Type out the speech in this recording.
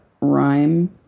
rhyme